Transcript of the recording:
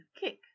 kick